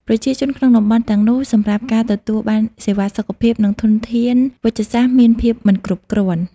ប្រជាជនក្នុងតំបន់ទាំងនោះ សម្រាប់ការទទួលបានសេវាសុខភាព និងធនធានវេជ្ជសាស្ត្រមានភាពមិនគ្រប់គ្រាន់។